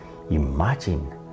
Imagine